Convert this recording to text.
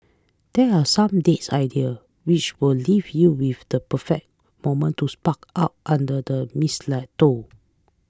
there are some date idea which will leave you with the perfect moment to up under the mistletoe